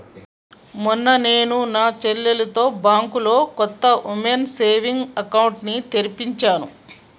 మొన్న నేను నా చెల్లితో బ్యాంకులో కొత్త ఉమెన్స్ సేవింగ్స్ అకౌంట్ ని తెరిపించాను